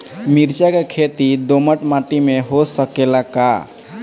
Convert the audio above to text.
मिर्चा के खेती दोमट माटी में हो सकेला का?